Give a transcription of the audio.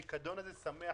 הפיקדון הזה שמח